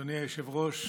שתיים טיפות